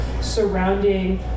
surrounding